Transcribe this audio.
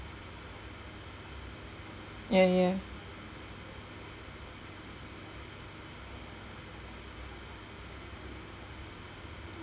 ya ya